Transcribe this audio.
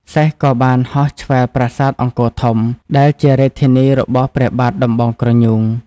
សេះក៏បានហោះឆ្វែលប្រាសាទអង្គរធំ ដែលជារាជធានីរបស់ព្រះបាទដំបងក្រញូង ។